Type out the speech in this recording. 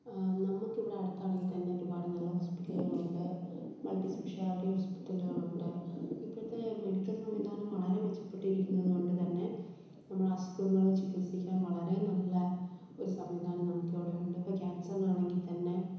ആ നമുക്കിവിടെ അടുത്താണെങ്കിൽ തന്നെ ഒരുപാട് നല്ല ഹോസ്പിറ്റലുകളുണ്ട് മൾട്ടിസ്പെഷ്യലിറ്റി ഹോസ്പിറ്റലുകളുണ്ട് ഇപ്പോഴത്തെ മെഡിക്കൽ സംവിധാനം വളരെ മെച്ചപെട്ടിരിക്കുന്നത് കൊണ്ട് തന്നെ നമ്മൾ അസുഖങ്ങൾ ചകിത്സിക്കാൻ വളരെ നല്ല ഒരു സംവിധാനം നമുക്കിവിടെ ഉണ്ട് ഇപ്പം ക്യാൻസിനാണെങ്കിൽ തന്നെ